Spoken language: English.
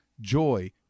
joy